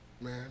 Man